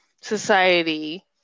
society